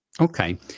Okay